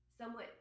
somewhat